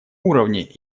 уровне